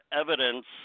evidence